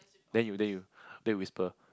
then you then you then you whisper